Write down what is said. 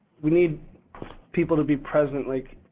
we need people to be present, like,